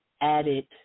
added